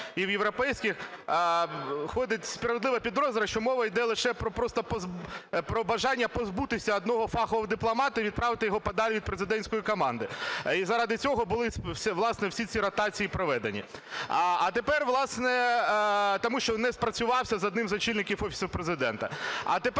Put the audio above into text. і в європейських, ходить справедлива підозра, що мова іде лише про бажання позбутися одного фахового дипломата і відправити його подалі від президентської команди. І заради цього були, власне, всі ці ротації проведені. А тепер, власне... Тому що не спрацювався з одним із очільників Офісу Президента.